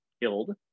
killed